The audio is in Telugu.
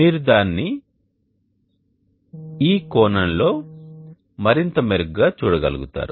మీరు దానిని ఈ కోణంలో మరింత మెరుగ్గా చూడగలుగుతారు